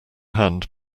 hand